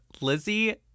Lizzie